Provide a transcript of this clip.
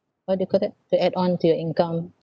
what do you call that to add on to your income